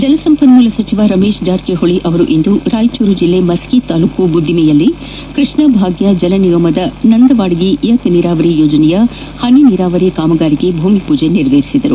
ಜಲ ಸಂಪನ್ಮೂಲ ಸಚಿವ ರಮೇಶ್ ಜಾರಕಿಹೊಳಿ ಅವರಿಂದು ರಾಯಚೂರು ಜಿಲ್ಲೆ ಮಸ್ಕಿ ತಾಲೂಕಿನ ಬುದ್ದಿಮೆಯಲ್ಲಿ ಕೃಷ್ಣಭಾಗ್ಯ ಜಲನಿಗಮದ ನಂದವಾಡಗಿ ಏತ ನೀರಾವರಿ ಯೋಜನೆಯ ಹನಿ ನೀರಾವರಿ ಕಾಮಗಾರಿಗೆ ಭೂಮಿ ಪೂಜೆ ನೆರವೇರಿಸಿದರು